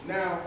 Now